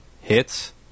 hits